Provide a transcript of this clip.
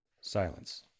Silence